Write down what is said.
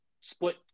split